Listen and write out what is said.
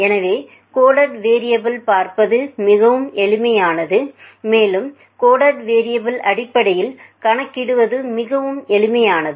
எனவே கோடடு வேரியபுள்யைப் பார்ப்பது மிகவும் எளிமையானது மேலும் கோடடு வேரியபுளை அடிப்படையில் கணக்கிடுவது மிகவும் எளிதானது